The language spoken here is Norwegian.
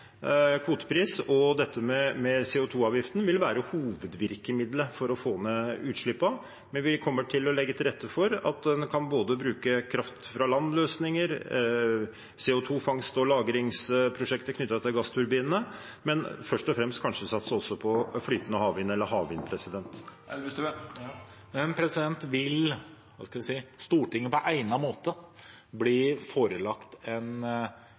kvotepris og dette med CO 2 -avgiften vil være hovedvirkemiddelet for å få ned utslippene, men vi kommer til å legge til rette for at en kan bruke både kraft-fra-land-løsninger og CO 2 -fangst og lagringsprosjekter knyttet til gassturbinene og kanskje først og fremst satse på flytende havvind eller havvind.